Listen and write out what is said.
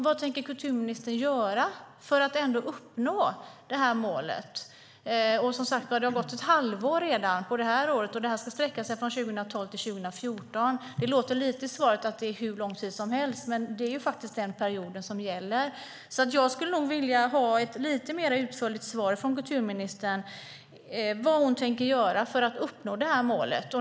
Vad tänker kulturministern göra för att uppnå målet? Det har gått ett halvår redan, och projektet ska sträcka sig från 2012 till 2014. I svaret låter det som att det är fråga om hur lång tid som helst, men det är den period som gäller. Jag skulle vilja ha ett lite mer utförligt svar från kulturministern för att få veta vad hon tänker göra för att uppnå målet.